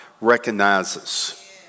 recognizes